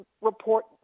report